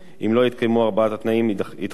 אם לא יתקיימו ארבעת התנאים ידחה שר